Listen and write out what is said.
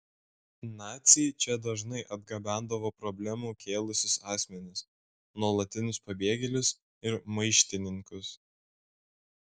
naciai čia dažnai atgabendavo problemų kėlusius asmenis nuolatinius pabėgėlius ir maištininkus